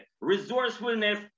resourcefulness